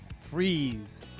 freeze